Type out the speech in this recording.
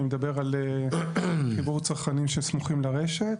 אני מדבר על חיבור צרכנים שסמוכים לרשת.